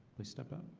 please step out